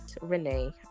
Renee